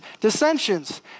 dissensions